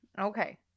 Okay